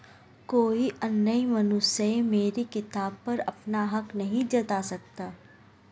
कोई अन्य मनुष्य मेरी किताब पर अपना हक नहीं जता सकता